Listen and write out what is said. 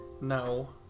No